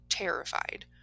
terrified